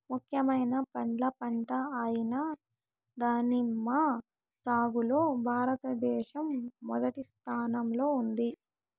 ముఖ్యమైన పండ్ల పంట అయిన దానిమ్మ సాగులో భారతదేశం మొదటి స్థానంలో ఉంది